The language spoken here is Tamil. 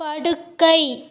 படுக்கை